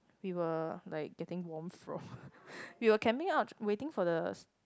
we were like getting warm from we were camping out waiting for the